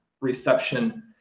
reception